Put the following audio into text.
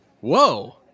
Whoa